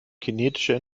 kinetischer